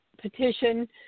petition